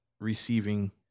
receiving